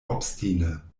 obstine